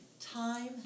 time